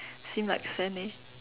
seem like sand leh